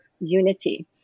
unity